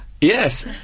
Yes